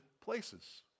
places